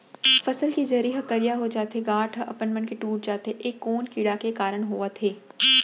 फसल के जरी ह करिया हो जाथे, गांठ ह अपनमन के टूट जाथे ए कोन कीड़ा के कारण होवत हे?